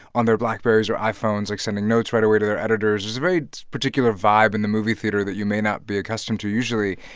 on their blackberrys or iphones, like, sending notes right away to their editors. it was a very particular vibe in the movie theater that you may not be accustomed to usually.